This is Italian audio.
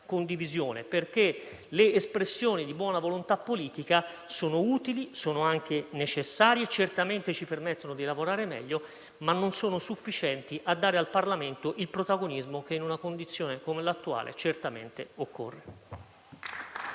condivisione. Le espressioni di buona volontà politica sono utili, anche necessarie e certamente ci permettono di lavorare meglio, ma non sono sufficienti a dare al Parlamento quel protagonismo che, in una condizione come l'attuale, certamente occorre.